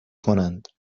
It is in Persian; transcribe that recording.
کنند